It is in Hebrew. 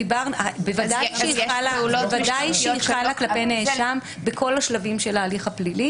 בוודאי שהיא צריכה להיות כלפי נאשם בכל השלבים של ההליך הפלילי